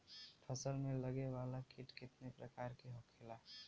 फसल में लगे वाला कीट कितने प्रकार के होखेला?